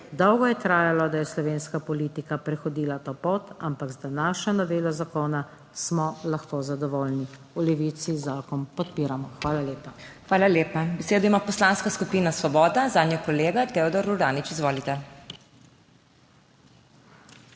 Dolgo je trajalo, da je slovenska politika prehodila to pot, ampak z današnjo novelo zakona smo lahko zadovoljni. V Levici zakon podpiramo. Hvala lepa. **PODPREDSEDNICA MAG. MEIRA HOT:** Hvala lepa. Besedo ima Poslanska skupina Svoboda, zanjo kolega Teodor Uranič. Izvolite.